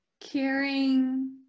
caring